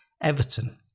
Everton